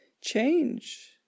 Change